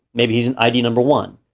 maybe he's and id number one,